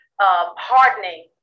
hardening